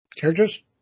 characters